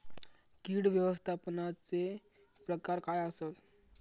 कीड व्यवस्थापनाचे प्रकार काय आसत?